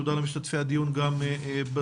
תודה למשתתפי הדיון גם בזום,